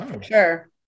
Sure